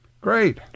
Great